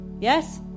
Yes